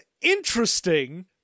interesting